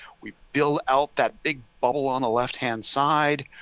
we build out that big bubble on the left hand side.